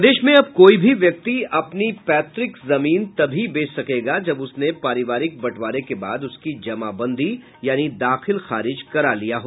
प्रदेश में अब कोई भी व्यक्ति अपनी पैतृक जमीन तभी बेच सकेगा जब उसने पारिवारिक बंटवारे के बाद उसकी जमाबंदी यानि दाखिल खारिज करा लिया हो